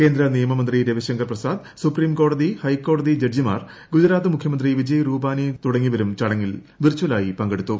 കേന്ദ്ര നിയമ മന്ത്രി രവിശങ്കർ പ്രസാദ് സുപ്രീംകോടതി ഹൈക്കോടതി ജഡ്ജിമാർ ഗുജറാത്ത് മുഖ്യമന്ത്രി വിജയ് രൂപാനി തുടങ്ങിയവരും ചടങ്ങിൽ വിർചൽ ആയി പങ്കെടുത്തു